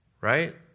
right